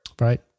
right